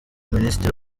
minisitiri